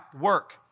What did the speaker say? work